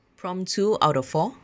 prompt two out of four